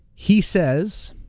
he says,